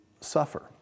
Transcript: suffer